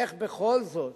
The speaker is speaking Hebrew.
איך בכל זאת